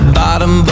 bottom